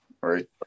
right